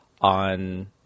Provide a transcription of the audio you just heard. on